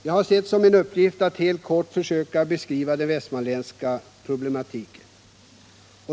Jag har sett som min uppgift att här helt kort försöka beskriva den västmanländska problematiken.